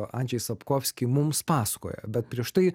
andžej sapkovski mums pasakoja bet prieš tai